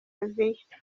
aziya